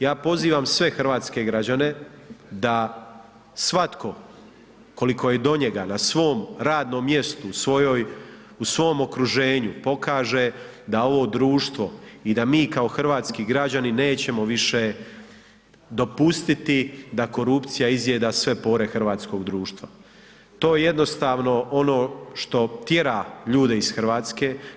Ja pozivam sve hrvatske građane da svatko koliko je donjega na svom radnom mjesto u svojoj, u svom okruženju pokaže da ovo društvo i da mi kao hrvatski građani nećemo više dopustiti da korupcija izjeda sve pore hrvatskog društva, to je jednostavno ono što tjera ljude iz Hrvatske.